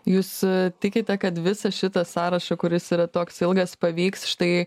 jūs a tikite kad visą šitą sąrašą kuris yra toks ilgas pavyks štai